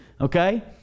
Okay